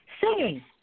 Singing